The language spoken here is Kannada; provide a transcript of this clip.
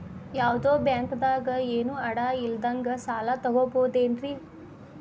ಯಾವ್ದೋ ಬ್ಯಾಂಕ್ ದಾಗ ಏನು ಅಡ ಇಲ್ಲದಂಗ ಸಾಲ ತಗೋಬಹುದೇನ್ರಿ?